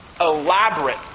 elaborate